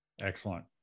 Excellent